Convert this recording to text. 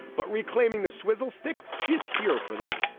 but reclaiming the swizzle stick. she is here for that.